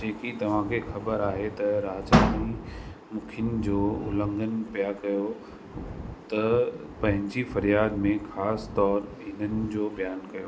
जेकी तव्हांखे ख़बर आहे त राजाई मुखिनि जो उलंघन पिया कयो त पंहिंजी फरियाद में ख़ासि तोर इन्हनि जो बयानु कयो